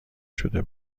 شده